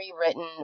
rewritten